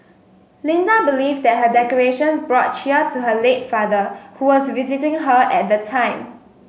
Linda believed that her decorations brought cheer to her late father who was visiting her at the time